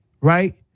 right